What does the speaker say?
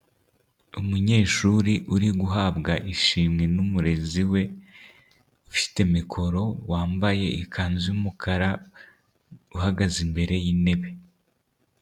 Umunyeshuri uri guhabwa ishimwe n'umurezi we ufite mikoro wambaye ikanzu y'umukara uhagaze imbere y'intebe.